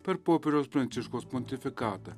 per popiežiaus pranciškaus pontifikatą